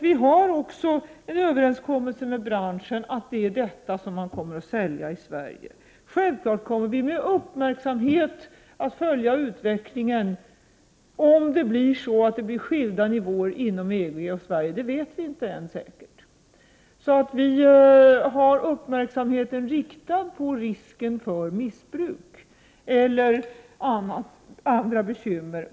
Vi har också ingått en överenskommelse med branschen om att det är dessa batterier som kommer att säljas i Sverige. Självfallet kommer vi med uppmärksamhet att följa utvecklingen om Sverige och EG kommer att hamna på olika nivåer. Det vet vi ännu inte säkert. Vi har dock uppmärksamheten riktad på risken för missbruk och andra bekymmer.